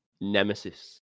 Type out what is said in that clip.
Nemesis